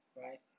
right